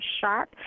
sharp